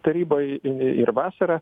taryboj ir vasarą